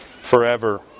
forever